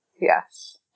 Yes